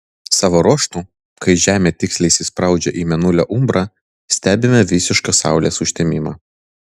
savo ruožtu kai žemė tiksliai įsispraudžia į mėnulio umbrą stebime visišką saulės užtemimą